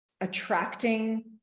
attracting